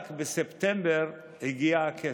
רק בספטמבר הגיע הכסף.